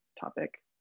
topic